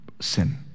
sin